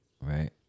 right